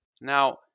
Now